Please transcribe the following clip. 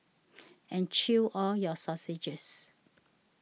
and chew all your sausages